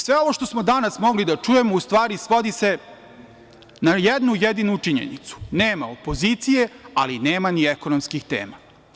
Sve ovo što smo danas mogli da čujemo u stvari svodi se na jednu jedinu činjenicu – nema opozicije, ali nema ni ekonomskih tema.